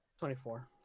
24